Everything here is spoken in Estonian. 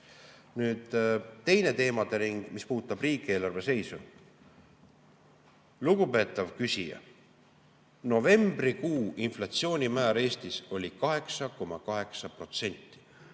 Teine teemadering, mis puudutab riigieelarve seisu. Lugupeetav küsija! Novembrikuu inflatsioonimäär Eestis oli 8,8%,